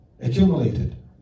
accumulated